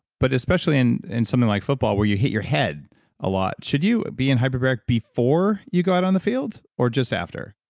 but especially in in something like football, where you hit your head a lot, should you be in hyperbaric before you go out on the field or just after?